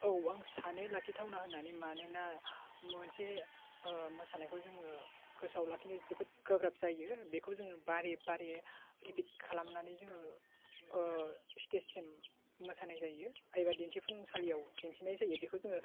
औ आं सानो लाखिथावना होन्नानै मानोना मोनसे मोसानायखौ जोङो गोसोआव लाखिनो जोबोद गोब्राब जायो बेखौ जोङो बारे बारे रिपिड खालामनानै जोङो स्टेससिम मोसानाय जायो एबा दिन्थिफुंसालियाव दिन्थिनाय जायो बेखौ जोङो